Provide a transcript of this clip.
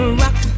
rock